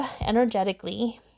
energetically